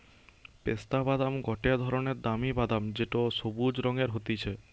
পেস্তা বাদাম গটে ধরণের দামি বাদাম যেটো সবুজ রঙের হতিছে